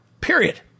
Period